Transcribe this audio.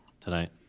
tonight